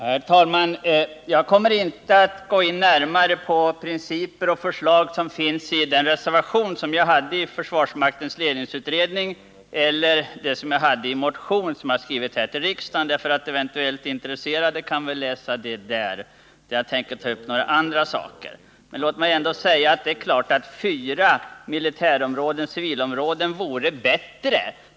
Herr talman! Jag kommer inte att gå in närmare på principer och förslag som finns i den reservation som jag avgav i försvarsmaktens ledningsutredning eller i en motion jag har väckt i riksdagen. Eventuellt intresserade kan läsa det där. Jag tänker främst ta upp några andra saker. Låt mig ändå säga att det är klart att fyra militärområden och civilområden vore bättre.